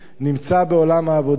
נמצא בעולם העבודה.